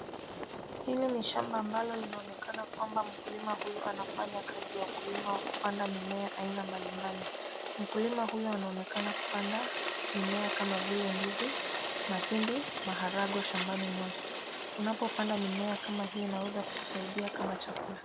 Hili ni shamba ambalo linaonekana kwamba mkulima huyu anafanya kazi ya ukulima ya kupanda mimea aina mbalimbali. Mkulima huyu anaonekana kupanda mimea kama vile ndizi, mahindi ,maharagwe shambani mwake. Unapopanda mimea kama hii inaweza kusaidia kama chakula.